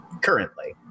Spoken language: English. currently